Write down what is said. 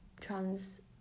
trans